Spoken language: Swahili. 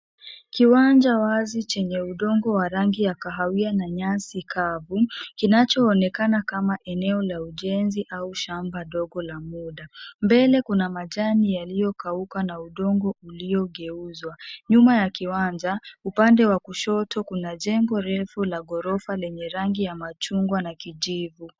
Kiwanja wazi chenye udongo wa rangi ya kahawia na nyasi kavu kinachoonekana kama eneo la ujenzi au shamba ndogo la muda. Mbele kuna majani yaliyokauka na udongo uliogeuzwa. Nyuma ya kiwanja, upande wa kushoto, kuna jengo refu la ghorofa lenye rangi ya machungwa na kijivu.